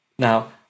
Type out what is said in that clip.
Now